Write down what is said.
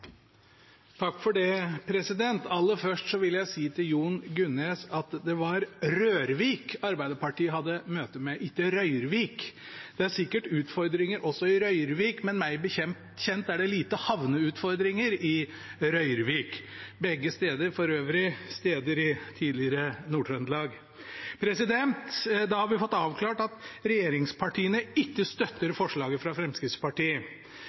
Aller først vil jeg si til Jon Gunnes at det var Rørvik Arbeiderpartiet hadde møte med, ikke Røyrvik. Det er sikkert utfordringer også i Røyrvik, men meg bekjent er det lite havneutfordringer i Røyrvik. Begge steder ligger for øvrig i tidligere Nord-Trøndelag. Da har vi fått avklart at regjeringspartiene ikke støtter forslaget fra Fremskrittspartiet,